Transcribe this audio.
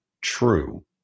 true